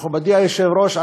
מכובדי היושב-ראש,